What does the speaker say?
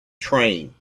train